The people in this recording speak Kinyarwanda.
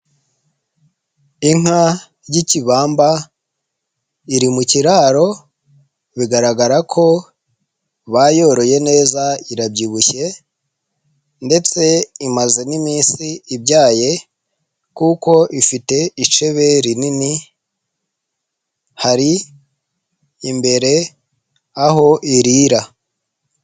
Inka y'ikibamba iri mu kiraro bigaragara ko bayoroye neza irabyibushye ,ndetse imaze n'iminsi ibyaye, kuko ifite icebe rinini hari imbere aho irira.